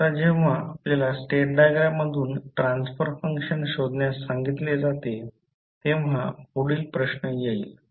आता जेव्हा आपल्याला स्टेट डायग्राम मधून ट्रान्सफर फंक्शन शोधण्यास सांगितले जाते तेव्हा पुढील प्रश्न येईल